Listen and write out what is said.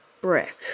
brick